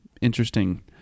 interesting